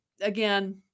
again